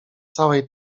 całej